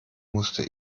musste